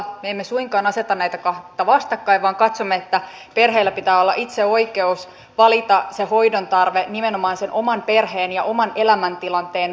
me emme suinkaan aseta näitä kahta vastakkain vaan katsomme että perheillä pitää olla itsellään oikeus valita se hoidon tarve nimenomaan sen oman perheen ja oman elämäntilanteen mukaan